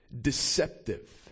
deceptive